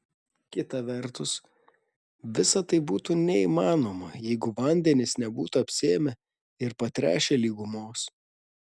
kita vertus visa tai būtų neįmanoma jeigu vandenys nebūtų apsėmę ir patręšę lygumos